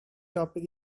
topic